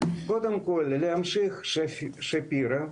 קודם כל להמשיך את שפירא,